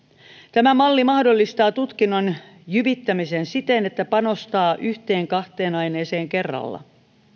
tämä malli mahdollistaa tutkinnon jyvittämisen siten että panostaa yhteen kahteen aineeseen kerralla